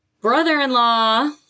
brother-in-law